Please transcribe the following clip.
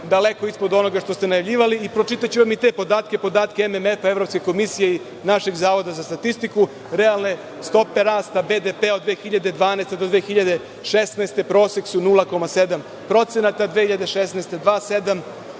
daleko ispod onoga što ste najavljivali. Pročitaću vam i te podatke, podatke MMF, Evropske komisije i našeg Zavoda za statistiku: realne stope rasta BDP od 2012. do 2016. godine, prosek su 0,7%, 2016. godine